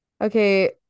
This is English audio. okay